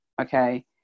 okay